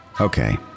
Okay